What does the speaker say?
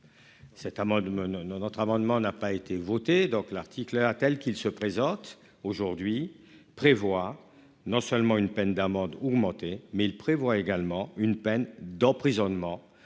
notre amendement n'a pas été voté donc l'article à tel qu'il se présente aujourd'hui prévoit non seulement une peine d'amende augmentée, mais il prévoit également une peine d'emprisonnement